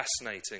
fascinating